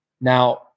Now